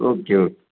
okay okay